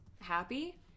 happy